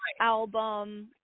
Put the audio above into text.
album